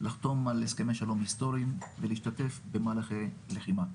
לחתום על הסכמי שלום היסטוריים ולהשתתף במהלכי לחימה.